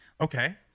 Okay